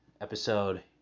episode